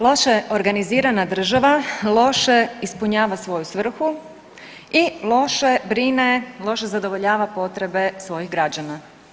Loše organizirana država loše ispunjava svoju svrhu i loše brine, loše zadovoljava potrebe svojih građana.